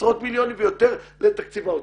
עשרות מיליונים ויותר לתקציב האוצר.